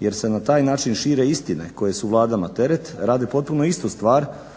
jer se na taj način šire istine koje su vladama teret rade potpuno istu stvar